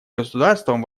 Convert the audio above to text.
государствам